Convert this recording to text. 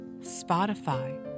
Spotify